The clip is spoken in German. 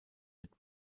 mit